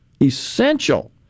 essential